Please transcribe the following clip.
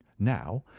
now,